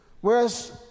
Whereas